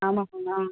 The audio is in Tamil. ஆமாம் மேம் ஆ